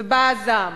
ובא הזעם.